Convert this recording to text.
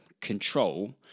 control